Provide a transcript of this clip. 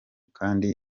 kandi